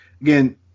again